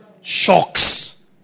Shocks